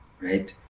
right